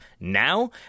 now